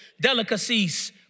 delicacies